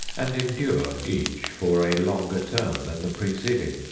and endure each for a longer term than the preceding.